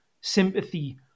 sympathy